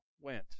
went